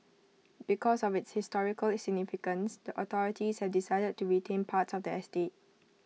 because of its historical significance the authorities have decided to retain parts of the estate